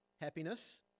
happiness